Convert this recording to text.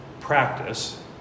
practice